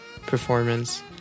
performance